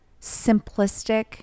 simplistic